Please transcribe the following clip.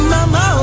Mama